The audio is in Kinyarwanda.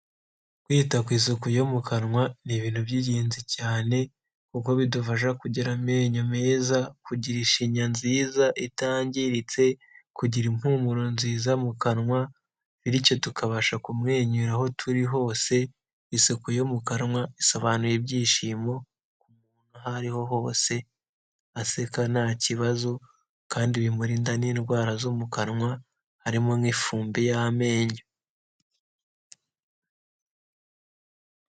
Kwita ku isuku yo mu kanwa ni ibintu by'ingenzi cyane, kuko bidufasha kugira amenyo meza, kugira ishinya nziza itangiritse, kugira impumuro nziza mu kanwa, bityo tukabasha kumwenyura aho turi hose, isuku yo mu kanwa isobanura ibyishimo ku muntu aho ariho hose, aseka nta kibazo kandi bimurinda n'indwara zo mu kanwa, harimo nk'ifumbi y'amenyo.